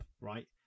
right